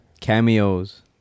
cameos